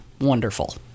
wonderful